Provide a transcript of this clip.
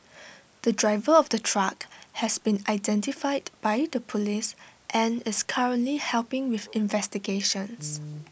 the driver of the truck has been identified by the Police and is currently helping with investigations